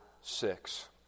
six